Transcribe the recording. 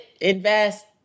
invest